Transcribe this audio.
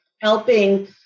helping